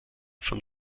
von